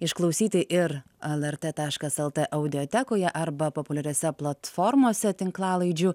išklausyti ir lrt taškas el t audiotekoje arba populiariuose platformose tinklalaidžių